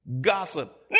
Gossip